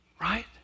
Right